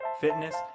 fitness